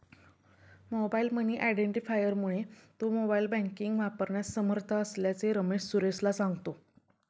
mobile money आयडेंटिफायरमुळे तो mobile banking वापरण्यास समर्थ असल्याचे रमेश सुरेशला सांगतो